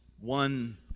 one